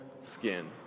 skin